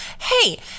hey